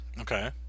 Okay